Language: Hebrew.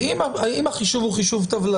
אם החישוב הוא חישוב טוב,